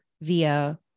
via